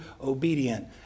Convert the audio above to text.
obedient